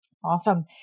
Awesome